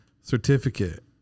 certificate